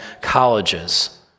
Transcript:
colleges